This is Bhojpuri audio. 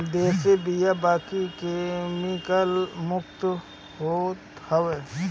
देशी बिया बाकी केमिकल मुक्त होत हवे